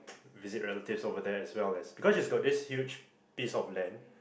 visit relatives over there as well as because she's got this huge piece of land